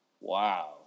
Wow